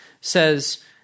says